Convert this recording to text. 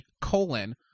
colon